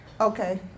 Okay